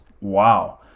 Wow